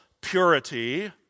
purity